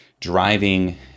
driving